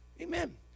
Amen